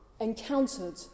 encountered